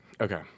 Okay